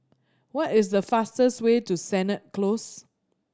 what is the fastest way to Sennett Close